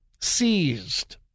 seized